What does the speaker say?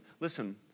listen